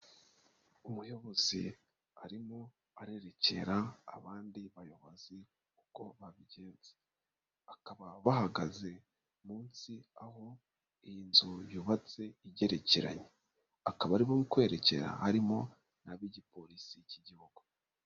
Umuyobozi arimo arererekera abandi bayobozi uko babigenza, bakaba bahagaze munsi aho iyi nzu yubatse igerekeranye, akaba arimokwerekera harimo n'ab'igipolisi cy'igihugu.